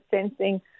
sensing